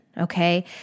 Okay